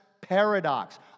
paradox